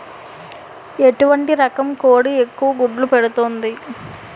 ఎటువంటి రకం కోడి ఎక్కువ గుడ్లు పెడుతోంది?